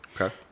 Okay